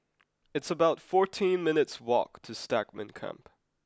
it's about fourteen minutes' walk to Stagmont Camp